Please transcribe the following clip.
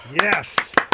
yes